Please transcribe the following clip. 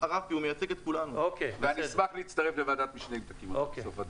אני אשמח להצטרף לוועדת משנה אם תקימו בסוף הדיון.